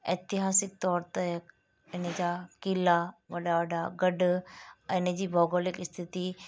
ऐतिहासिक तौर ते इन जा क़िला वॾा वॾा गढ़ ऐं इन जी भौगोलिक स्थिति